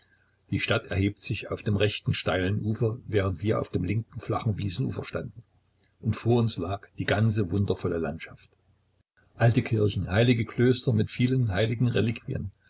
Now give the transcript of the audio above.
die stadt erhebt sich auf dem rechten steilen ufer während wir auf dem linken flachen wiesenufer standen und vor uns lag die ganze wundervolle landschaft alte kirchen heilige klöster mit vielen heiligen